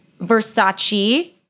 Versace